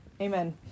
Amen